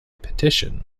petition